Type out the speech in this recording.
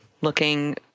looking